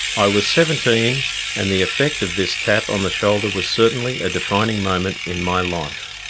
i was seventeen and the effect of this tap on the shoulder was certainly a defining moment in my life.